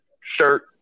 shirt